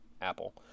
Apple